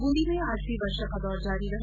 बूंदी में आज भी वर्षा का दौर जारी रहा